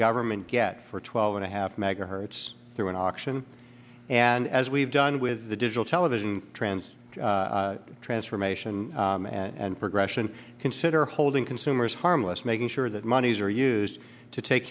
government get for twelve and a half megahertz through an auction and as we've done with the digital television trans transformation and progression consider holding consumers harmless making sure that monies are used to take